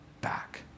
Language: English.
back